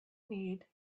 need